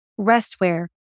restwear